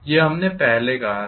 यह हमने पहले कहा था